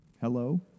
hello